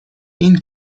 این